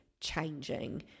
changing